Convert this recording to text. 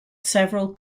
several